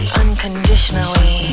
unconditionally